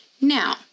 now